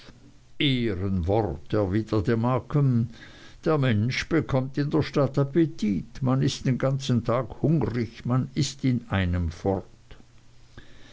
erwiderte markham der mensch bekommt in der stadt appetit man ist den ganzen tag hungrig man ißt in einem fort